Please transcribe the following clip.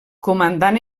comandant